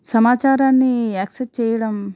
సమాచారాన్ని యాక్సస్ చేయడం